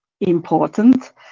important